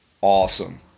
Awesome